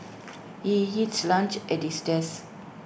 he eats lunch at his desk